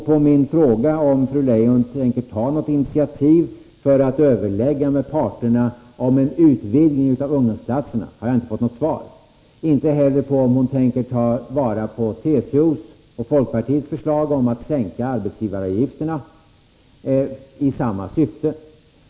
På min fråga om fru Leijon tänker ta något initiativ för att överlägga med parterna om en utvidgning av ungdomsplatserna har jag inte fått något svar — inte heller på min fråga om fru Leijon tänker ta vara på TCO:s och folkpartiets förslag om att sänka arbetsgivaravgifterna i samma syfte.